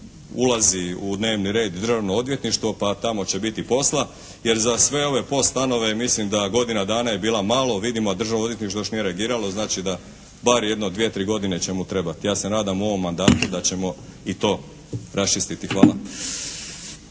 ulazi u dnevni red državno odvjetništvo pa tamo će biti posla jer za sve POS stanove mislim da godina dana je bila malo vidim, a državno odvjetništvo još nije reagiralo, znači da bar jedno dvije, tri godine ćemo trebati. Ja se nadam u ovom mandatu da ćemo i to raščistiti. Hvala.